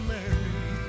Mary